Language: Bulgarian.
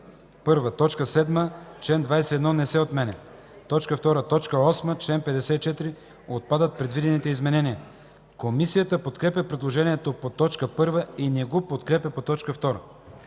7, чл. 21 не се отменя. 2. Точка 8, чл. 54 отпадат предвидените изменения.” Комисията подкрепя предложението по т. 1 и не го подкрепя по т. 2.